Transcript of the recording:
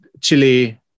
Chile